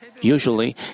Usually